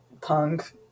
punk